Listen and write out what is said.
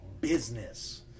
business